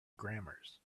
grammars